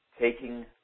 taking